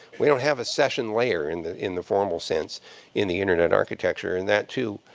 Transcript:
we don't have a session layer in the in the formal sense in the internet architecture. and that, too,